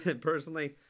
Personally